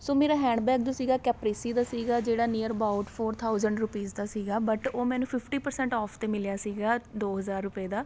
ਸੋ ਮੇਰਾ ਹੈਂਡਬੈਗ ਜੋ ਸੀਗਾ ਕੈਪਰੇਸੀ ਦਾ ਸੀਗਾ ਜਿਹੜਾ near about four thousand rupees ਦਾ ਸੀਗਾ ਬਟ ਉਹ ਮੈਨੂੰ ਫਿਫਟੀ ਪਰਸੈਂਟ ਓਫ 'ਤੇ ਮਿਲਿਆ ਸੀਗਾ ਦੋ ਹਜ਼ਾਰ ਰੁਪਏ ਦਾ